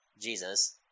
Jesus